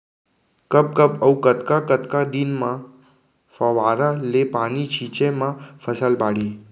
कब कब अऊ कतका कतका दिन म फव्वारा ले पानी छिंचे म फसल बाड़ही?